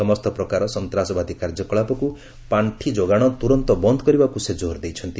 ସମସ୍ତ ପ୍ରକାର ସନ୍ତାସବାଦୀ କାର୍ଯ୍ୟକଳାପକୁ ପାଣ୍ଠି ଯୋଗାଣ ତୂରନ୍ତ ବନ୍ଦ କରିବାକୁ ସେ ଜୋର ଦେଇଛନ୍ତି